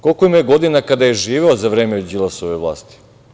Koliko je imao godina kada je živeo za vreme Đilasove vlasti?